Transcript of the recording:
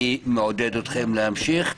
אני מעודד אתכם להמשיך.